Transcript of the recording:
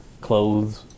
Clothes